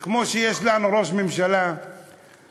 כמו שיש לנו ראש ממשלה שמתגאה,